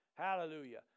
Hallelujah